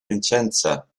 vicenza